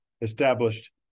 established